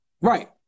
Right